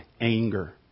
anger